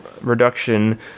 reduction